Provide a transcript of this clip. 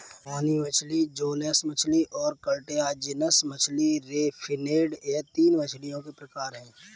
बोनी मछली जौलेस मछली और कार्टिलाजिनस मछली रे फिनेड यह तीन मछलियों के प्रकार है